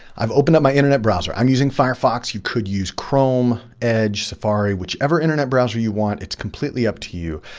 i've opened up my internet browser, i'm using firefox. you could use chrome, edge, safari, whichever internet browser you want, it's completely up to you,